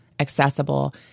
accessible